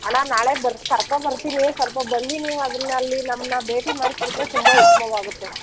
ಅಣ್ಣ ನಾಳೆಗೆ ಬರ ಕರ್ಕೊ ಬರ್ತೀನಿ ಸಲ್ಪ ಬನ್ನಿ ನೀವು ಅದನ್ನು ಅಲ್ಲಿ ನಮ್ಮನ್ನ ಭೇಟಿ ಮಾಡಿಸ್ಬಿಟ್ರೆ ತುಂಬ ಉತ್ತಮವಾಗುತ್ತೆ